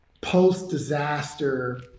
post-disaster